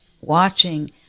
watching